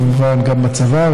כמובן גם בצבא,